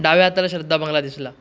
डाव्या हाताला श्रद्धा बंगला दिसला